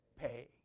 pay